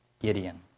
Gideon